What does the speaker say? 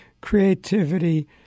creativity